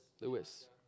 Lewis